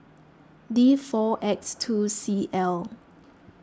D four X two C L